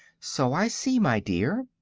so i see, my dear,